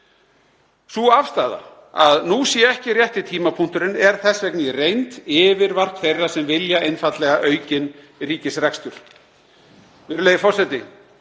Sú afstaða að nú sé ekki rétti tímapunkturinn er þess vegna í reynd yfirvarp þeirra sem vilja einfaldlega aukinn ríkisrekstur.